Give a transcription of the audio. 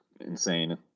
insane